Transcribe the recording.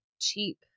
cheap